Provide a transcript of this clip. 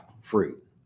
fruit